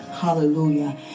hallelujah